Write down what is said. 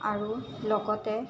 আৰু লগতে